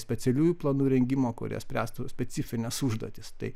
specialiųjų planų rengimo kurie spręstų specifines užduotis tai